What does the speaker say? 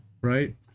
Right